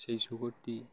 সেই সুকরটি